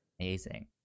Amazing